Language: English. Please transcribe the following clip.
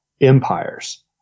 empires